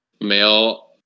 male